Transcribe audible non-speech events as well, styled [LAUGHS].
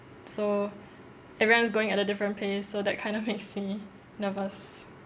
so everyone's going at a different pace so that kind of makes [LAUGHS] me nervous